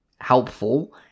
helpful